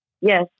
Yes